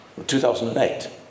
2008